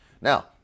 Now